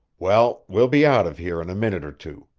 well, we'll be out of here in a minute or two.